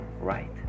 right